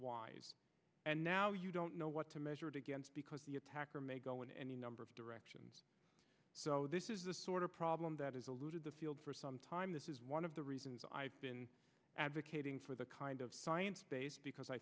wise and now you don't know what to measure it against because the attacker may go in any number of directions so this is the sort of problem that has alluded the field for some time this is one of the reasons i've been advocating for the kind of science based because i